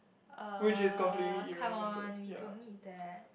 uh come on we don't need that